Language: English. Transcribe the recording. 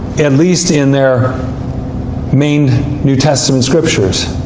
at least in their main new testament scriptures.